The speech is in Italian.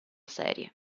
serie